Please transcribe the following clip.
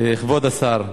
כבוד השר,